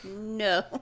No